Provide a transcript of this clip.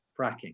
fracking